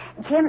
Jim